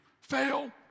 Fail